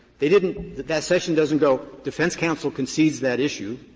they didn't that that section doesn't go, defense counsel concedes that issue.